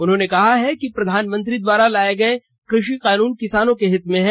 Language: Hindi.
उन्होंने कहा है कि प्रधानमंत्री द्वारा लाए गए कृषि कानून किसानों के हित में है